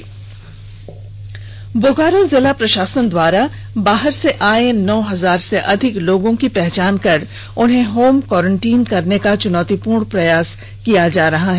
special story Bokaro Bokaro जिला प्रशासन द्वारा बाहर से आए नौ हजार से अधिक लोगों की पहचान कर उन्हें होम क्वारेन्टीन करने का चुनौतिपूर्ण प्रयास किया जा रहा है